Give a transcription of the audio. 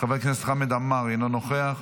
חבר הכנסת חמד עמאר, אינו נוכח,